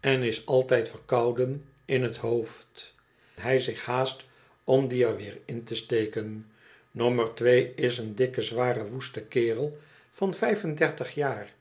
een reiziger die geen handel drijft altijd verkouden in het hoofd hij zich haast om die er weer ia te steken nummer twee is een dikke zware woeste kerel van vijf en dertig jaar